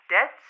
Dead